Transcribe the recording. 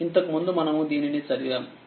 ఇంతకు ముందు మనము దీనిని చదివాము